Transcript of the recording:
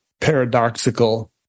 paradoxical